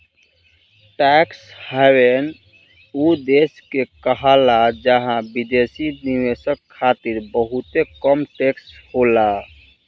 tax haven उ देश के कहाला जहां विदेशी निवेशक खातिर बहुते कम टैक्स होला